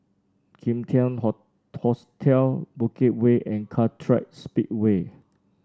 Kim Tian Ho Hostel Bukit Way and Kartright Speedway